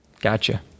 gotcha